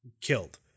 killed